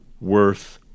worth